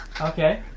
Okay